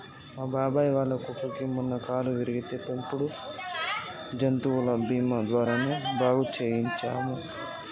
మా బాబాయ్ వాళ్ళ కుక్కకి మొన్న కాలు విరిగితే పెంపుడు జంతువుల బీమా ద్వారానే బాగు చేయించనం